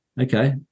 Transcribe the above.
okay